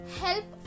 help